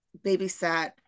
babysat